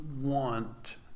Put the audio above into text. want